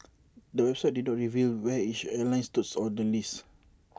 the website did not reveal where each airline stood on the list